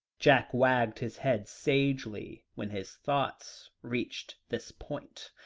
jack wagged his head sagely, when his thoughts reached this point.